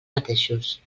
mateixos